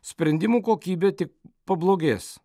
sprendimų kokybė tik pablogės